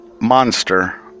monster